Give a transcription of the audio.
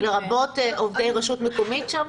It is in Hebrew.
לרבות עובדי רשות מקומית שם?